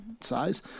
size